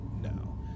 No